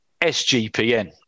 SGPN